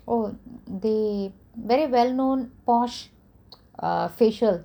oh they very well known posh ugh facial